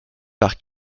par